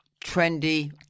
trendy